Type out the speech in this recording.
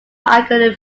argue